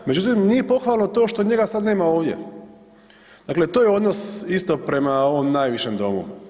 Međutim, nije pohvalno to što njega sada nema ovdje, dakle to je odnos isto prema ovom najvišem domu.